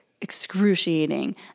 excruciating